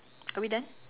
are we done